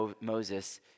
Moses